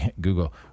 Google